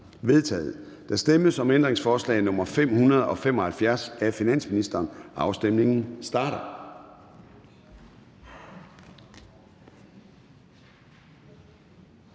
vedtaget. Der stemmes om ændringsforslag nr. 576 af finansministeren. Afstemningen starter.